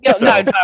no